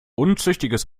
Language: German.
unzüchtiges